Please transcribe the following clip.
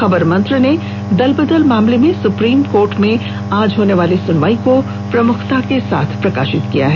खबर मन्त्र ने दल बदल मामले में सुप्रीम कोर्ट में आज होने वाली सुनवाई को प्राथमिकता के साथ प्रकाशित किया है